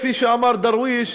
כפי שאמר דרוויש,